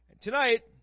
Tonight